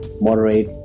moderate